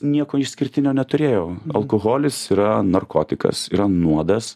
nieko išskirtinio neturėjau alkoholis yra narkotikas yra nuodas